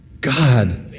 God